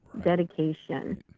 dedication